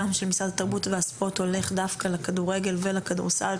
גם של משרד התרבות והספורט הולך דווקא לכדורגל ולכדורסל.